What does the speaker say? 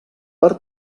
per